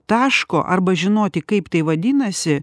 taško arba žinoti kaip tai vadinasi